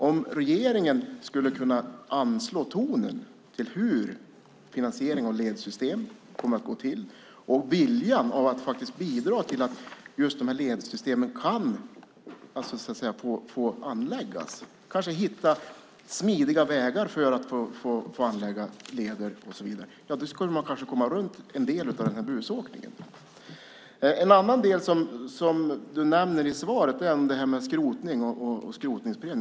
Om regeringen skulle kunna anslå tonen för hur finansieringen av ledsystem kommer att gå till och visa en vilja att faktiskt bidra till att de här ledsystemen kan få anläggas, kanske hitta smidiga vägar för att få anlägga leder och så vidare, då skulle man kanske komma runt en del av busåkningen. En annan del som ministern nämner i svaret är det här med skrotning och skrotningspremie.